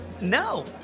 no